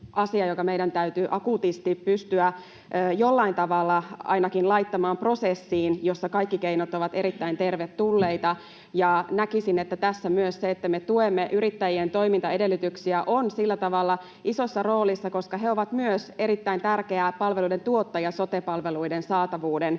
meidän täytyy akuutisti pystyä ainakin jollain tavalla laittamaan prosessiin, jossa kaikki keinot ovat erittäin tervetulleita. Näkisin, että tässä myös se, että me tuemme yrittäjien toimintaedellytyksiä, on sillä tavalla isossa roolissa, koska he ovat myös erittäin tärkeä palveluiden tuottaja sote-palveluiden saatavuuden